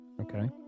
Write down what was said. Okay